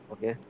Okay